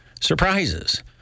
surprises